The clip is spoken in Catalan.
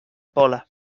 pola